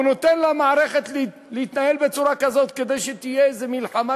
הוא נותן למערכת להתנהל בצורה כזאת שתהיה איזו מלחמה